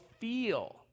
feel